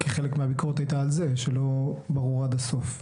כי חלק מהביקורת הייתה על זה שלא ברור עד הסוף.